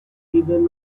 even